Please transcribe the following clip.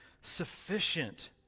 sufficient